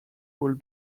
would